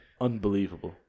Unbelievable